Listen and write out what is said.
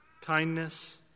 kindness